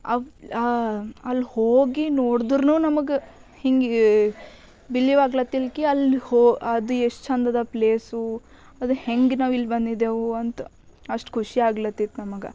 ಅವ ಅಲ್ಲಿ ಹೋಗಿ ನೋಡಿದ್ರು ನಮ್ಗೆ ಹಿಂಗೆ ಬಿಲಿವಾಗ್ಲತಿಲ್ಕಿ ಅಲ್ಲಿ ಹೊ ಅದು ಎಷ್ಟು ಛಂದದ ಪ್ಲೇಸು ಅದು ಹೆಂಗೆ ನಾವಿಲ್ಲಿ ಬಂದಿದೇವು ಅಂತ ಅಷ್ಟು ಖುಷ್ಯಾಗ್ಲತಿತ್ತು ನಮಗೆ